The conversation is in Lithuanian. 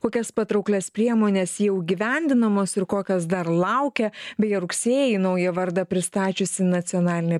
kokias patrauklias priemones jau įgyvendinamos ir kokios dar laukia beje rugsėjį naują vardą pristačiusi nacionalinė